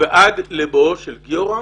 ועד לבואו של גיורא,